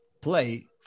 play